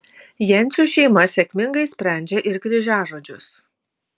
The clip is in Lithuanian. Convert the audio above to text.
jencių šeima sėkmingai sprendžia ir kryžiažodžius